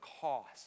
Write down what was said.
cost